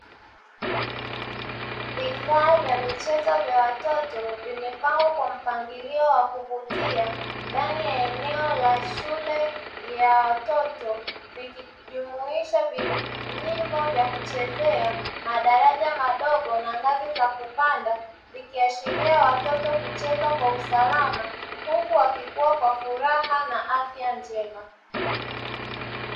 Vifaa vya michezo ya watoto vimepangwa kwa mpangilio wa kuvutia ndani ya eneo la shule ya watoto. Vikijumuisha nyimbo za kuchezea madaraja madogo na ngazi za kupanda. Vikiashiria watoto kucheza kwa usalama huku wakikuwa kwa furaha na afya njema.